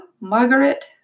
Margaret